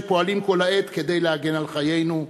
שפועלים כל העת כדי להגן על חיינו,